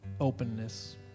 openness